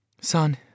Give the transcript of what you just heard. Son